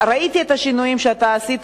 ראיתי את השינויים שאתה עשית,